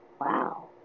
wow